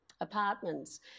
apartments